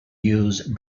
use